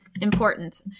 Important